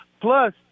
Plus